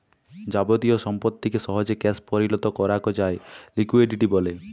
যাবতীয় সম্পত্তিকে সহজে ক্যাশ পরিলত করাক যায় লিকুইডিটি ব্যলে